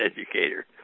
educator